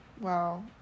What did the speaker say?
Wow